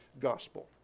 gospel